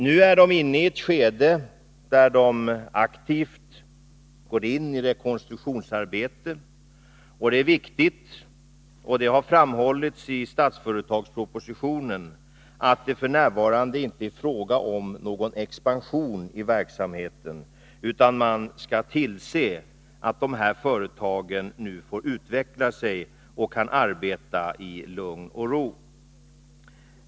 Nu är de inne i ett skede där de aktivt går in i rekonstruktionsarbetet. Det är viktigt att framhålla — vilket har gjorts i statsföretagspropositionen — att det f. n. inte är fråga om någon expansion av verksamheten, utan man skall se till att de här företagen nu får utveckla sig, och att de kan arbeta i lugn och ro.